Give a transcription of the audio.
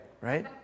right